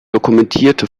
dokumentierte